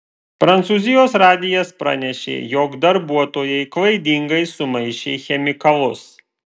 prancūzijos radijas pranešė jog darbuotojai klaidingai sumaišė chemikalus